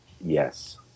Yes